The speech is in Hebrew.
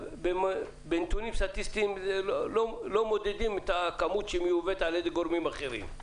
בנתונים סטטיסטיים לא מודדים את הכמות שמיובאת על ידי גורמים אחרים,